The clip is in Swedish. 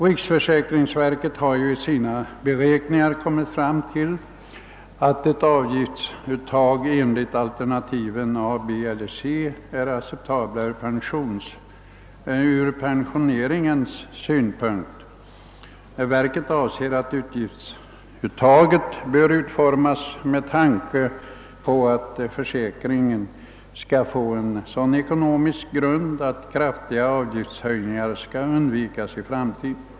Riksförsäkringsverket har i sina beräkningar kommit fram till att avgiftsuttag enligt de av verket angivna alternativen A, B och C är acceptabla från pensionssystemets synpunkt. Verket anser att avgiftsuttaget bör utformas så att försäkringen får en sådan ekonomisk grund, att kraftiga avgiftshöjningar kan undvikas i framtiden.